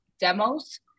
demos